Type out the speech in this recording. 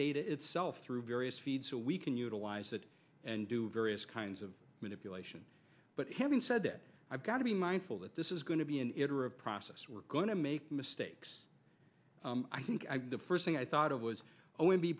data itself through various feeds so we can utilize that and do various kinds of manipulation but having said that i've got to be mindful that this is going to be an it or a process we're going to make mistakes i think the first thing i thought of was o